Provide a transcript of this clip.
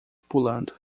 pulando